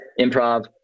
improv